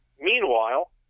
Meanwhile